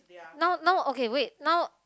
now now okay wait now